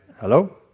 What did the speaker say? hello